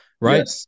right